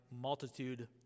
multitude